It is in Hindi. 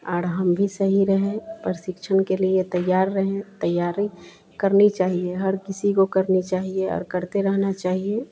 और हम भी सही रहें प्रशिक्षण के लिए तैयार रहें तैयारी करनी चाहिए हर किसी को करने चाहिए और करते रहना चाहिए